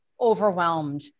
overwhelmed